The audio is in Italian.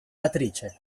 matrice